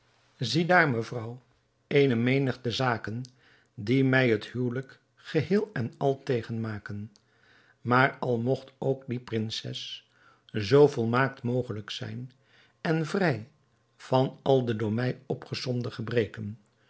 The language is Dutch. ziedaar mevrouw eene menigte zaken die mij het huwelijk geheel en al tegen maken maar al mogt ook die prinses zoo volmaakt mogelijk zijn en vrij van al de door mij opgesomde gebreken